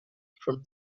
from